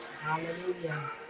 Hallelujah